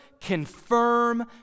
confirm